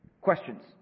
Questions